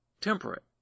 temperate